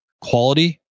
quality